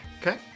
Okay